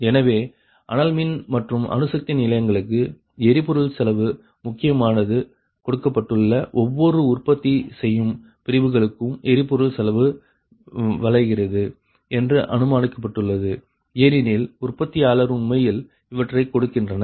எனவே அனல்மின் மற்றும் அணுசக்தி நிலையங்களுக்கு எரிபொருள் செலவு முக்கியமானது கொடுக்கப்பட்டுள்ள ஒவ்வொரு உற்பத்தி செய்யும் பிரிவுகளுக்கும் எரிபொருள் செலவு வளைகிறது என்று அனுமானிக்கப்பட்டுள்ளது ஏனெனில் உற்பத்தியாளர் உண்மையில் இவற்றை கொடுக்கின்றனர்